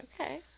Okay